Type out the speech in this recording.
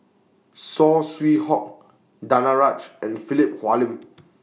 Saw Swee Hock Danaraj and Philip Hoalim